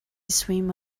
swim